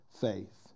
faith